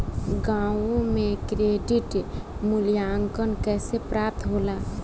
गांवों में क्रेडिट मूल्यांकन कैसे प्राप्त होला?